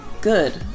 good